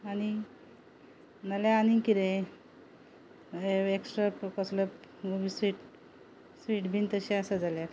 आनी ना जाल्यार आनी कितें एक्स्ट्रा कसलो स्वीट स्वीट बी तशें आसा जाल्यार